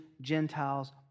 Gentiles